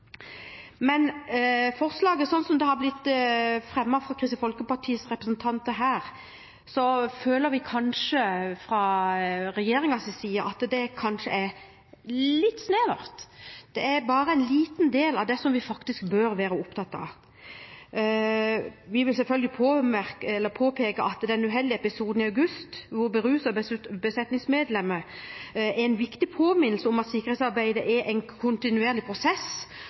det har blitt fremmet fra Kristelig Folkepartis representanter her, føler vi fra regjeringspartienes side at det kanskje er litt snevert. Det er bare en liten del av det som vi faktisk bør være opptatt av. Vi vil selvfølgelig påpeke at den uheldige episoden i august med berusede besetningsmedlemmer er en viktig påminnelse om at sikkerhetsarbeidet er en kontinuerlig prosess,